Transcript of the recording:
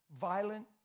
Violent